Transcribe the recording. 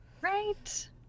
Right